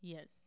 Yes